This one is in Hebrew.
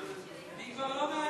אני כבר לא מעניין.